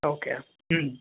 okay ಹ್ಞೂ